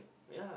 yeah